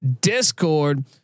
Discord